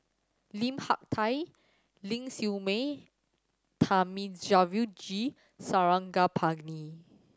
Lim Hak Tai Ling Siew May Thamizhavel G Sarangapani